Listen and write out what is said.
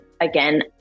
again